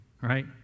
right